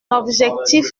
objectif